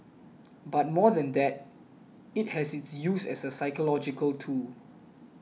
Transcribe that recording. but more than that it has its use as a psychological tool